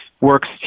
works